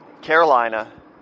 Carolina